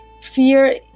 fear